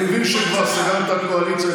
אני מבין שכבר סיכמת קואליציה,